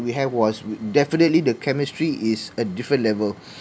we have was definitely the chemistry is a different level